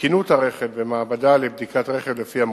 תקינות הרכב במעבדה לבדיקת רכב, לפי המוקדם.